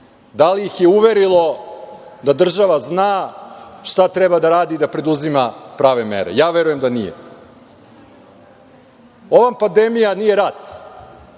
Da li ih je uverilo da država zna šta treba da radi da preduzima prave mere? Ja verujem da nije. Ova pandemija nije rat.